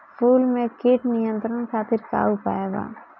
फूल में कीट नियंत्रण खातिर का उपाय बा?